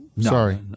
Sorry